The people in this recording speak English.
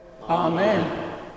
Amen